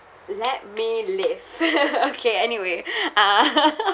let me live okay anyway uh